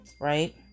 right